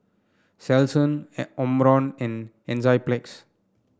Selsun Omron and Enzyplex